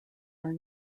are